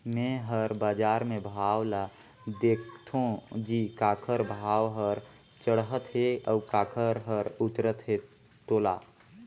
मे हर बाजार मे भाव ल देखथों जी काखर भाव हर चड़हत हे अउ काखर हर उतरत हे तोला